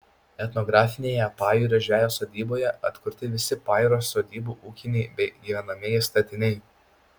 etnografinėje pajūrio žvejo sodyboje atkurti visi pajūrio sodybų ūkiniai bei gyvenamieji statiniai